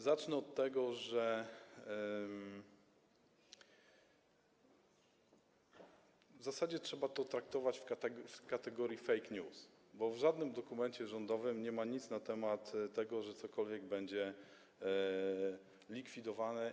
Zacznę od tego, że w zasadzie trzeba to traktować w kategorii fake news, bo w żadnym dokumencie rządowym nie ma nic na temat tego, że cokolwiek będzie likwidowane.